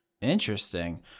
Interesting